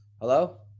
Hello